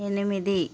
ఎనిమిది